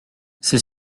c’est